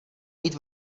mít